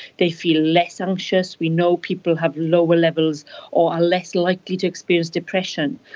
they feel less anxious. we know people have lower levels or are less likely to experience depression.